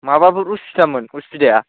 माबाफोर उसुबिदामोन उसुबिदाया